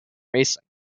racing